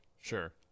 Sure